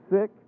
sick